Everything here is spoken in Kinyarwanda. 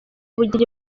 bugira